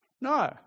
No